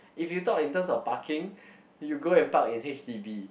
if you talk in terms of parking you go and park in h_d_b